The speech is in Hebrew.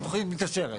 התוכנית מאושרת.